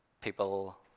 people